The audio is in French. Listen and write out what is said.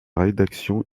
rédaction